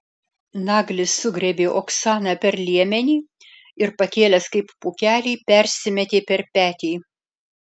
naglis sugriebė oksaną per liemenį ir pakėlęs kaip pūkelį persimetė per petį